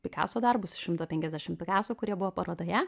pikaso darbus iš šimto penkiasdešim pikaso kurie buvo parodoje